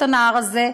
את הנער הזה,